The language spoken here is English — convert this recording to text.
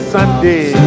Sunday